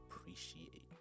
appreciate